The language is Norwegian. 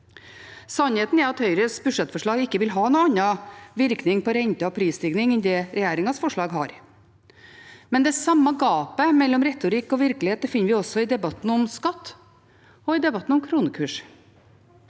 Sannheten er at Høyres budsjettforslag ikke vil ha noen annen virkning på renter og prisstigning enn det regjeringas forslag har. Det samme gapet mellom retorikk og virkelighet finner vi også i debatten om skatt og i debatten om kronekurs.